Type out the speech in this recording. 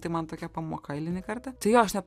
tai man tokia pamoka eilinį kartą tai jo aš net